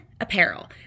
apparel